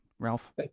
ralph